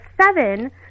seven